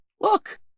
Look